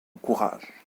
courage